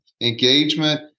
engagement